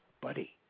buddy